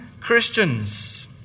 Christians